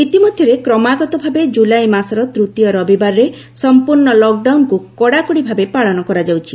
ଇତିମଧ୍ୟରେ କ୍ରମାଗତଭାବେ ଜୁଲାଇ ମାସର ତୃତୀୟ ରବିବାରରେ ସମ୍ପର୍ଶ୍ଣ ଲକ୍ଡାଉନକୁ କଡାକଡିଭାବେ ପାଳନ କରାଯାଉଛି